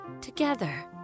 together